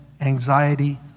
anxiety